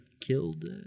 killed